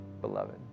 beloved